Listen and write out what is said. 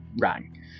rang